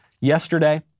yesterday